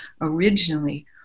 originally